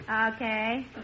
Okay